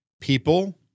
people